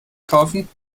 kaufen